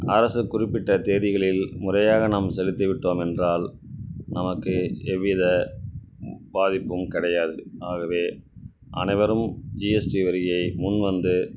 அரசு குறிப்பிட்ட தேதிகளில் முறையாக நம் செலுத்த் விட்டோம் என்றால் நமக்கு எவ்வித பாதிப்பும் கிடையாது ஆகவே அனைவரும் ஜிஎஸ்டி வரியை முன் வந்து